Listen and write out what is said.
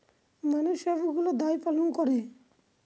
মানুষ সবগুলো দায় পালন করে